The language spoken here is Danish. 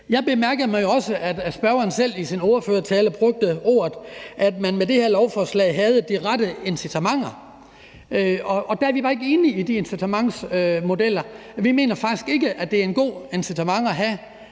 Jeg bemærkede jo også, at spørgeren selv i sin ordførertale brugte ordene, at man med det her lovforslag havde de rette incitamenter. Og der er vi bare ikke enige i de incitamentsmodeller; vi mener faktisk ikke, at det er et godt incitament at have,